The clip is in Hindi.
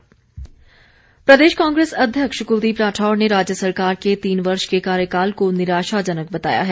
कांग्रेस प्रदेश कांग्रेस अध्यक्ष कुलदीप राठौर ने राज्य सरकार के तीन वर्ष के कार्यकाल को निराशाजनक बताया है